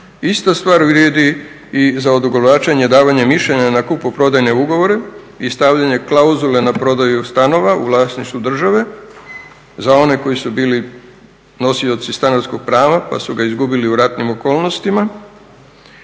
Ista stvar vrijedi i za odugovlačenje davanja mišljenja na kupoprodajne ugovore i stavljanje klauzule na prodaju stanova u vlasništvu za one koji su bili nosioci stanarskog prava pa su ga izgubili u ratnim okolnostima